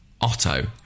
Otto